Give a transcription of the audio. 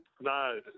No